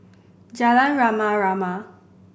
Jalan Rama Rama